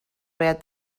باید